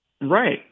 Right